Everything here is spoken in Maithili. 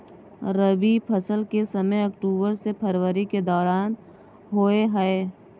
रबी फसल के समय अक्टूबर से फरवरी के दौरान होय हय